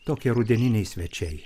tokie rudeniniai svečiai